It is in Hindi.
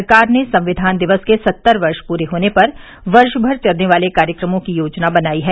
सरकार ने संविधान दिवस के सत्तर वर्ष पूरे होने पर वर्ष भर चलने वाले कार्यक्रमों की योजना बनाई है